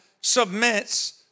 submits